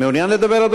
מעוניין לדבר.